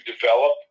develop